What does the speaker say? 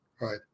right